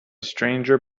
stranger